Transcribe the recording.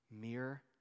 Mere